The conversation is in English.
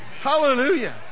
Hallelujah